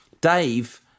Dave